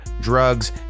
drugs